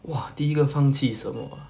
!wah! 第一个放弃什么 ah